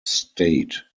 state